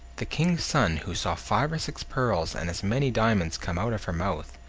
the king's son, who saw five or six pearls and as many diamonds come out of her mouth,